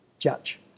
judge